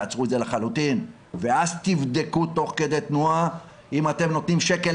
תעצרו את זה לחלוטין ואז תבדקו תוך כדי תנועה אם אתם נותנים שקל,